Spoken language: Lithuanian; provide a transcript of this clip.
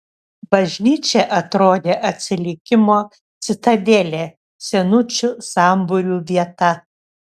bažnyčia atrodė atsilikimo citadelė senučių sambūrių vieta